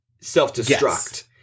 self-destruct